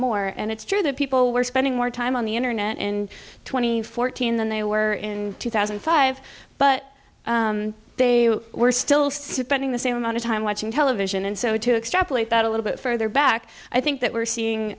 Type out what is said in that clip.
more and it's true that people were spending more time on the internet in twenty fourteen than they were in two thousand and five but they were still suspending the same amount of time watching television and so to extrapolate that a little bit further back i think that we're